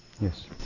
yes